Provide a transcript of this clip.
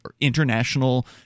international